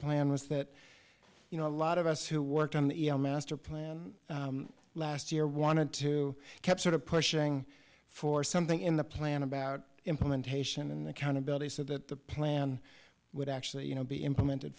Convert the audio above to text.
plan was that you know a lot of us who worked on the master plan last year wanted to keep sort of pushing for something in the plan about implementation and accountability so that the plan would actually you know be implemented